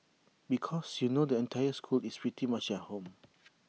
because you know the entire school is pretty much at home